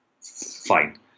fine